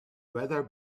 weather